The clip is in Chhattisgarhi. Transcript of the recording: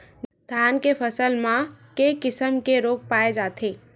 धान के फसल म के किसम के रोग पाय जाथे?